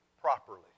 properly